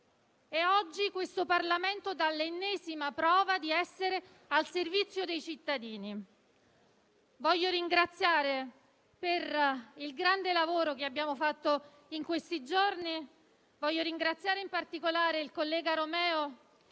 Oggi questo Parlamento dà l'ennesima prova di essere al servizio dei cittadini. Voglio ringraziare, per il grande lavoro svolto in questi giorni, in particolare il collega Romeo,